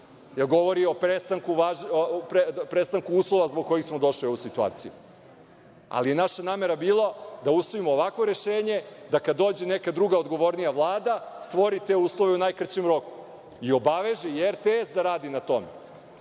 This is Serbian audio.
jer govori o prestanku uslova zbog kojih smo došli u ovu situaciju. Naša namera je bila da usvojimo ovakvo rešenje, da kada dođe neka druga odgovornija Vlada da stvori te uslove u najkraćem roku u obaveže i RTS da radi na tome,